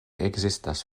ekzistas